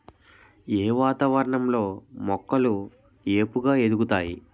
ఏ వాతావరణం లో మొక్కలు ఏపుగ ఎదుగుతాయి?